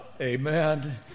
Amen